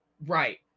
right